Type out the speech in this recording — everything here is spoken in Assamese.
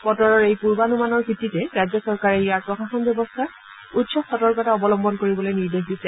বতৰৰ এই পূৰ্বানুমানৰ ভিত্তিতেই ৰাজ্য চৰকাৰে ইয়াৰ প্ৰশাসন ব্যৱস্থাক উচ্চ সতৰ্কতা অৱলম্বন কৰিবলৈ নিৰ্দেশ দিছে